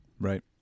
Right